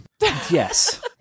Yes